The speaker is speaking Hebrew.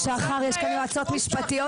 יש כאן יועצות משפטיות,